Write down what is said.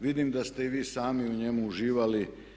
Vidim da ste i vi sami u njemu uživali.